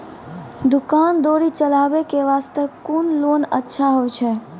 दुकान दौरी चलाबे के बास्ते कुन लोन अच्छा होय छै?